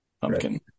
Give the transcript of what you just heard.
Pumpkin